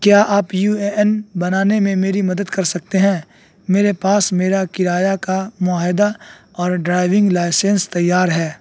کیا آپ U A N بنانے میں میری مدد کر سکتے ہیں میرے پاس میرا کرایہ کا معاہدہ اور ڈرائیونگ لائسنس تیار ہے